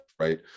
right